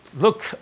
look